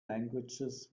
languages